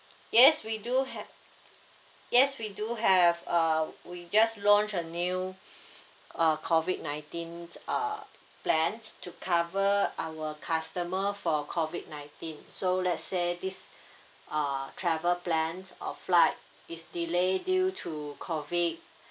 yes we do ha~ yes we do have uh we just launch a new uh COVID nineteen uh plans to cover our customer for COVID nineteen so let's say this uh travel plans or flight is delay due to COVID